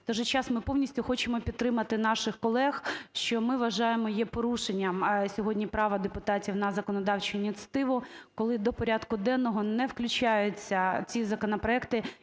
же час ми повність хочемо підтримати наших колег, що ми вважаємо, є порушенням сьогодні права депутатів на законодавчу ініціативу, коли до порядку денного не включаються ці законопроекти,